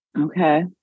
Okay